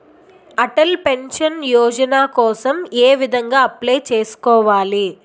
Atal pension Yojana కోసం ఏ విధంగా అప్లయ్ చేసుకోవాలి?